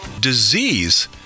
disease